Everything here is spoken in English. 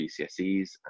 GCSEs